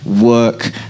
work